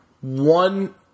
One